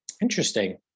Interesting